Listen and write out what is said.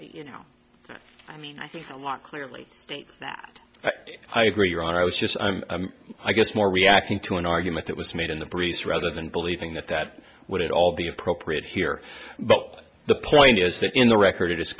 you know i mean i think a lot clearly states that i agree your honor i was just i'm i guess more reacting to an argument that was made in the priest rather than believing that that would at all be appropriate here but the point is that in the record it